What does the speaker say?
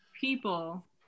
people